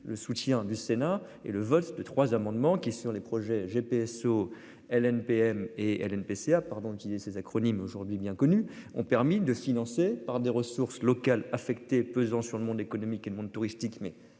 le soutien du Sénat et le vol de trois amendements qui est sur les projets GPSO elle MPM et PCA pardon qui ces acronymes aujourd'hui bien connus ont permis de financer par des ressources locales affectées pesant sur le monde économique et monde touristique mais